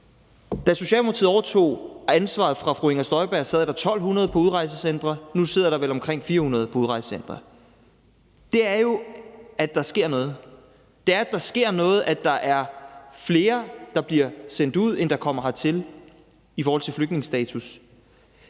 Da Socialdemokratiet overtog ansvaret fra fru Inger Støjberg, sad der f.eks. 1.200 på udrejsecentre, og nu sidder der vel omkring 400 på udrejsecentre. Det viser jo, at der sker noget. Det viser, at der sker noget, at der er flere, der bliver sendt ud, end der kommer hertil, i forhold til flygtningestatus.